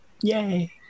Yay